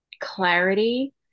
clarity